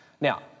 Now